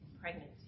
pregnancy